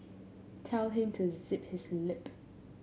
tell him to zip his lip